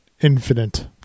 infinite